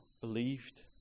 believed